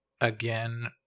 again